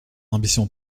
ambition